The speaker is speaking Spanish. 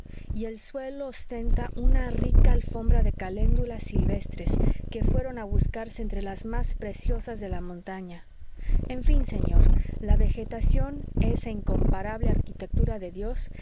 y el suelo ostenta una rica alfombra de caléndulas silvestres que fueron a buscarse entre las más preciosas de la montaña en fin señor la vegetación esa incomparable arquitectura de dios